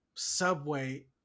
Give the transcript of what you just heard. subway